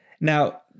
Now